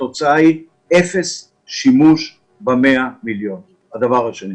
התוצאה היא אפס שימוש ב-100 מיליון השקלים.